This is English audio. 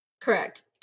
Correct